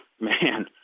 man